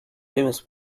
famous